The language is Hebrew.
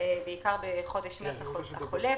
בעיקר בחודש מרץ החולף.